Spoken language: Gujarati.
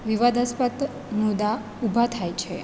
વિવાદાસ્પદ મુદ્દા ઊભા થાય છે